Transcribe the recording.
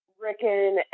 Rickon